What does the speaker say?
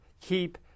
keep